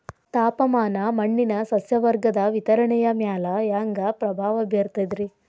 ತಾಪಮಾನ ಮಣ್ಣಿನ ಸಸ್ಯವರ್ಗದ ವಿತರಣೆಯ ಮ್ಯಾಲ ಹ್ಯಾಂಗ ಪ್ರಭಾವ ಬೇರ್ತದ್ರಿ?